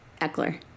eckler